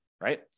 right